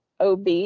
OB